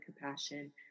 compassion